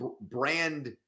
brand